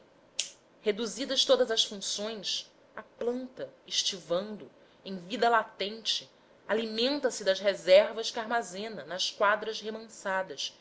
reduzidas todas as funções a planta estivando em vida latente alimenta se das reservas que armazena nas quadras remansadas